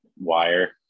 wire